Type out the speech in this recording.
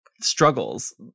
struggles